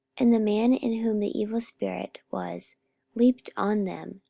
and the man in whom the evil spirit was leaped on them,